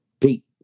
Pete